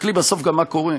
תסתכלי בסוף גם מה קורה: